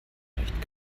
unrecht